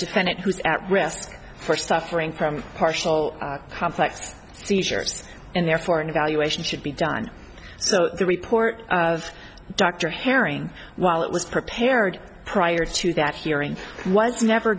defendant who's at risk for suffering from partial complex seizures and therefore an evaluation should be done so the report of dr herring while it was prepared prior to that hearing was never